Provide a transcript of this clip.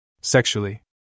Sexually